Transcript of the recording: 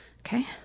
Okay